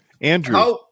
Andrew